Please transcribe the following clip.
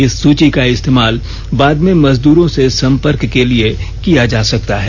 इस सूची का इस्तेमाल बाद में मजदूरों से संपर्क के लिए किया जा सकता है